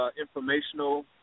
informational